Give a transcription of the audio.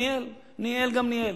ניהל, ניהל גם ניהל.